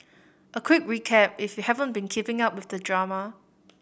a quick recap if you haven't been keeping up with the drama